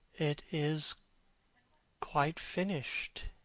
it is quite finished,